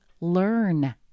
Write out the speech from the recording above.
learn